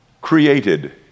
created